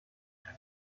good